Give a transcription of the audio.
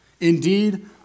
Indeed